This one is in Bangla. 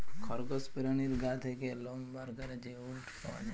খরগস পেরানীর গা থ্যাকে লম বার ক্যরে যে উলট পাওয়া যায়